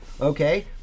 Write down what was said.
Okay